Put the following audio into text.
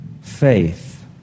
Faith